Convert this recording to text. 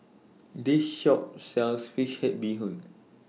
This Shop sells Fish Head Bee Hoon